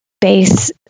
base